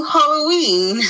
Halloween